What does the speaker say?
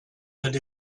and